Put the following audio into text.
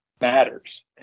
matters